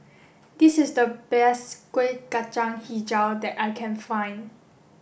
this is the best Kuih Kacang Hijau that I can find